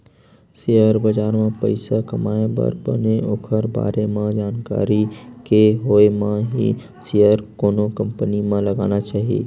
share बजार म पइसा कमाए बर बने ओखर बारे म जानकारी के होय म ही सेयर कोनो कंपनी म लगाना चाही